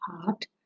heart